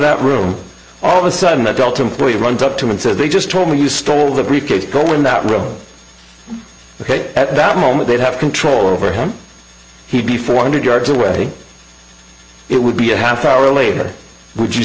that room all of a sudden a delta employee runs up to him and said they just told me you stole the briefcase go in that room ok at that moment they'd have control over him he'd be four hundred yards away it would be a half hour later would you